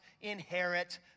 inherit